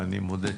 אני מודה.